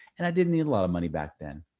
and i didn't need a lot of money back then.